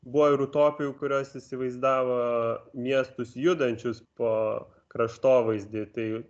buvo ir utopijų kurios įsivaizdavo miestus judančius po kraštovaizdį tai